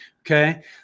Okay